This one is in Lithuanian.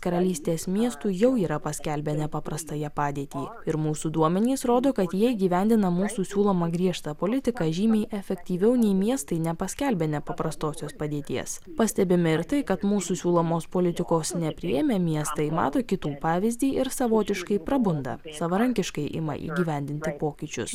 karalystės miestų jau yra paskelbę nepaprastąją padėtį ir mūsų duomenys rodo kad jie įgyvendina mūsų siūlomą griežtą politiką žymiai efektyviau nei miestai nepaskelbę nepaprastosios padėties pastebime ir tai kad mūsų siūlomos politikos nepriėmę miestai mato kitų pavyzdį ir savotiškai prabunda savarankiškai ima įgyvendinti pokyčius